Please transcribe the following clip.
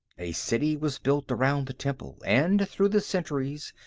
a city was built around the temple and, through the centuries,